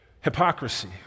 Hypocrisy